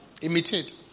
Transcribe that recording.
Imitate